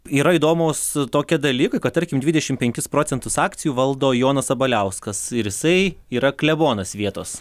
yra įdomūs tokie dalykai kad tarkim dvidešim penkis procentus akcijų valdo jonas sabaliauskas ir jisai yra klebonas vietos